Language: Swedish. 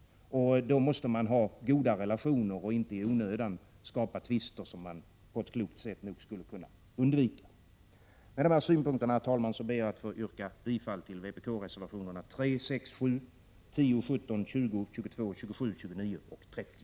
Då måste man ha goda relationer och inte i onödan skapa tvister som man annars genom ett klokt handlande nog skulle kunna undvika. Med dessa synpunkter, herr talman, yrkar jag bifall till vpk-reservationerna 3, 6, 7, 10, 17, 20, 22, 27, 29 och 30.